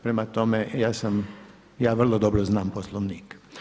Prema tome, ja sam, ja vrlo dobro znam Poslovnik.